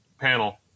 panel